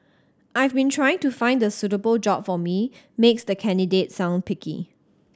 I've been trying to find the suitable job for me makes the candidate sound picky